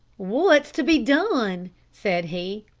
what's to be done? said he.